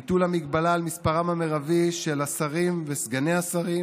(ביטול המגבלה על מספרם המרבי של השרים וסגני השרים)